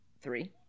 three